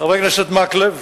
חבר הכנסת מקלב,